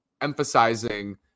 emphasizing